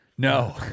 No